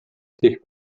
sich